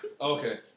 Okay